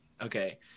Okay